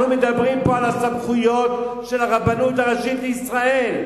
אנחנו מדברים פה על הסמכויות של הרבנות הראשית לישראל.